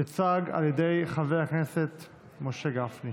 תוצג על ידי חבר הכנסת משה גפני.